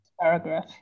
paragraph